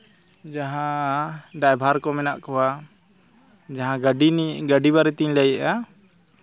ᱡᱟᱦᱟᱸ ᱰᱨᱟᱭᱵᱷᱟᱨ ᱠᱚ ᱢᱮᱱᱟᱜ ᱠᱚᱣᱟ ᱡᱟᱦᱟᱸ ᱜᱟᱹᱰᱤ ᱱᱤᱭᱮ ᱜᱟᱹᱰᱤ ᱵᱟᱨᱮᱛᱤᱧ ᱞᱟᱹᱭᱮᱫᱟ